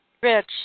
Rich